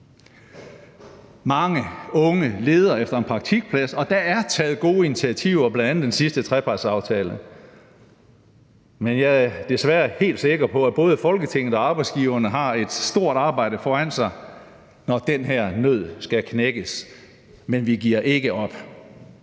Mange unge leder efter en praktikplads, og der er taget gode initiativer, bl.a. i den seneste trepartsaftale. Men jeg er desværre helt sikker på, at både Folketinget og arbejdsgiverne har et stort arbejde foran sig, når den her nød skal knækkes. Men vi giver ikke op.